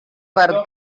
per